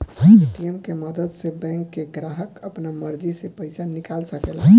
ATM के मदद से बैंक के ग्राहक आपना मर्जी से पइसा निकाल सकेला